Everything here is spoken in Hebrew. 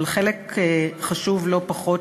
אבל חלק חשוב לא פחות,